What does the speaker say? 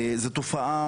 זו תופעה